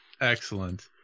Excellent